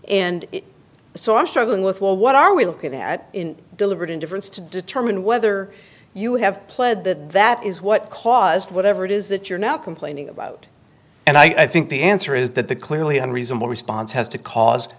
and so i'm struggling with well what are we looking at deliberate indifference to determine whether you have pled that that is what caused whatever it is that you're now complaining about and i think the answer is that the clearly and reasonable response has to cause